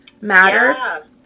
Matter